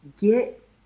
get